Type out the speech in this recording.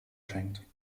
schenkt